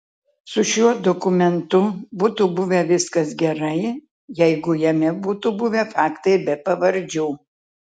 su šiuo dokumentu būtų buvę viskas gerai jeigu jame būtų buvę faktai be pavardžių